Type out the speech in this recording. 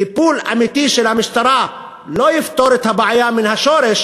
טיפול אמיתי של המשטרה לא יפתור את הבעיה מהשורש